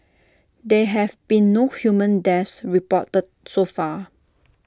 there have been no human deaths reported so far